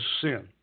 sin